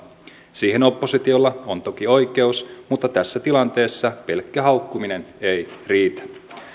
siihen oppositiolla on toki oikeus mutta tässä tilanteessa pelkkä haukkuminen ei riitä